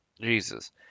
Jesus